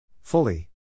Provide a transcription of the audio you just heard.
Fully